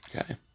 Okay